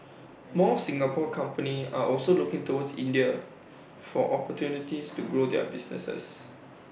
more Singapore companies are also looking towards India for opportunities to grow their businesses